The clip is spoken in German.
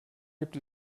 gibt